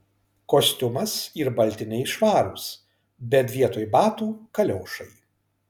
kostiumas ir baltiniai švarūs bet vietoj batų kaliošai